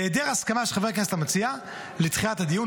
בהיעדר הסכמה של חבר הכנסת המציע לדחיית הדיון,